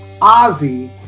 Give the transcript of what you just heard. ozzy